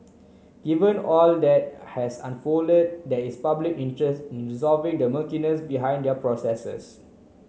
given all that has unfolded there is public interest in resolving the murkiness behind their processes